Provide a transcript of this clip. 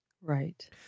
Right